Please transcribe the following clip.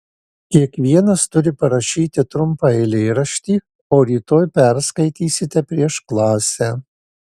kiekvienas turi parašyti trumpą eilėraštį o rytoj perskaitysite prieš klasę